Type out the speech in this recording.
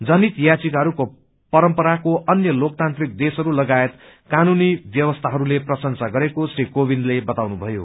जनहित याचिकाहरूको परम्पराको अन्य लोकतान्त्रिक देशहरू लागायत कानूनी व्यवस्थाहरूले प्रशेसा गरेको श्री कोविन्दले बताउनुभयो